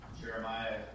Jeremiah